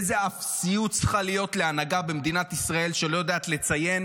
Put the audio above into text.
איזה אפסיות צריכה להיות להנהגה במדינת ישראל שלא יודעת לציין